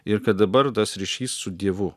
ir kad dabar tas ryšys su dievu